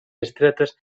estretes